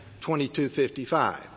2255